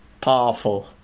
powerful